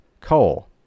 coal